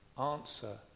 Answer